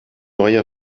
rien